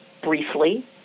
briefly